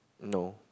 no